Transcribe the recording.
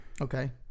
Okay